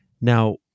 Now